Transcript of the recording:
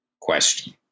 question